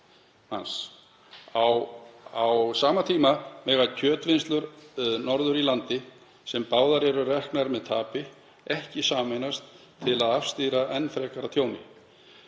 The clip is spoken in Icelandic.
Á sama tíma mega kjötvinnslur norður í landi, sem báðar eru reknar með tapi, ekki sameinast til að afstýra enn frekara tjóni.